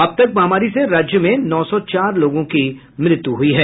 अब तक महामारी से राज्य में नौ सौ चार लोगों की मृत्यु हुई है